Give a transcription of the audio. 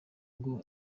ngo